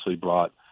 brought